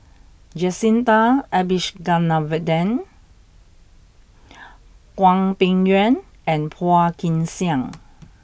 Jacintha Abisheganaden Hwang Peng Yuan and Phua Kin Siang